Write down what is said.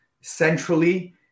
centrally